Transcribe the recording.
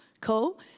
Cool